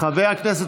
חבר הכנסת